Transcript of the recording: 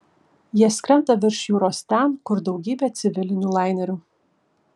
jie skrenda virš jūros ten kur daugybė civilinių lainerių